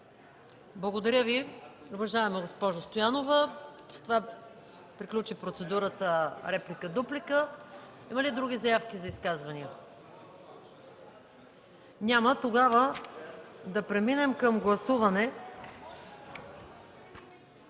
Благодаря Ви, уважаема госпожо Стоянова. С това приключи процедурата реплика-дуплика. Има ли други заявки за изказвания? Няма. Да преминем към гласуване.